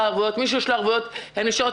ערבויות; מי שיש לו ערבויות הן נשארות.